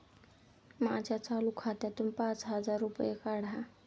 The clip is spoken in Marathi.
माझ्या चालू खात्यातून पाच हजार रुपये काढा